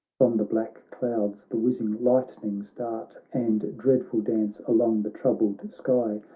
from the black clouds the whizzing lightnings dart and dreadful dance along the troubled sky.